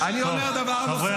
אני אומר דבר נוסף.